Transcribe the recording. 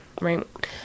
right